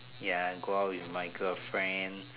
ya go out with my girlfriend